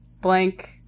blank